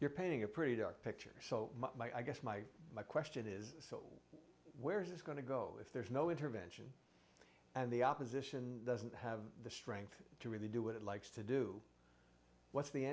you're painting a pretty dark picture so my i guess my question is still where he's going to go if there's no intervention and the opposition doesn't have the strength to really do what it likes to do what's the